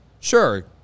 sure